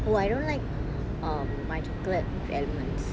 well I don't like um my chocolates with almonds